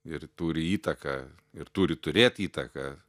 ir turi įtaką ir turi turėt įtaką